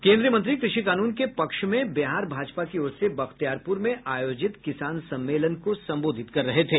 केंद्रीय मंत्री कृषि कानून के पक्ष में बिहार भाजपा की ओर से बख्तियारपुर में आयोजित किसान सम्मेलन को संबोधित कर रहे थे